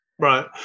Right